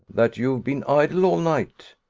that you've been idle all night?